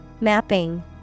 Mapping